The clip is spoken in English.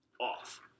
off